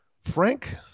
Frank